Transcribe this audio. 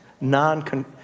non